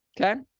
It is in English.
Okay